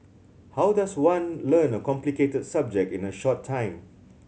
how does one learn a complicated subject in a short time